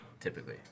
typically